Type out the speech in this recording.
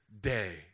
day